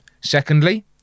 Secondly